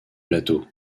plateaux